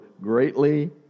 greatly